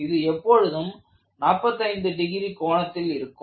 இது எப்பொழுதும் 45 டிகிரி கோணத்தில் இருக்கும்